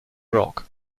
rock